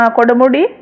Kodamudi